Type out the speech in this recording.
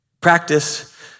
Practice